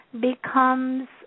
becomes